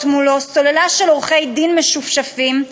מולו סוללה של עורכי-דין משופשפים,